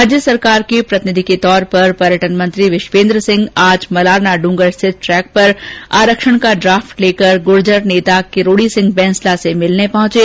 राज्य सरकार के प्रतिनिधि के तौर पर पर्यटन मंत्री विश्वेन्द्र सिंह आज मलारना डूंगर स्थित ट्रैक पर आरक्षण का ड्राफ्ट लेकर गुर्जर नेता किरोडी सिंह बैंसला से मिलने पहचे